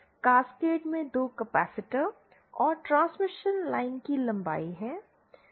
cascade में 2 capacitor और transmission line की लंबाई है